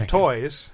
toys